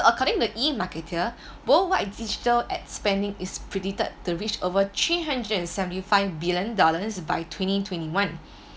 according to e-marketer worldwide digital ad spending is predicted to reach over three hundred and seventy five billion dollars by twenty twenty one